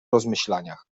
rozmyślaniach